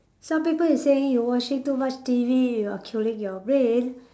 some people is saying you watching too much T_V you are killing your brain